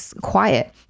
quiet